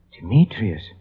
Demetrius